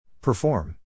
Perform